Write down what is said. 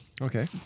Okay